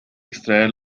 extraer